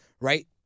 right